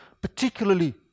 particularly